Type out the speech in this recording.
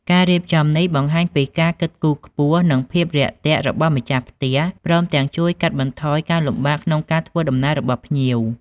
ការរៀបចំនេះបង្ហាញពីការគិតគូរខ្ពស់និងភាពរាក់ទាក់របស់ម្ចាស់ផ្ទះ ព្រមទាំងជួយកាត់បន្ថយការលំបាកក្នុងការធ្វើដំណើររបស់ភ្ញៀវ។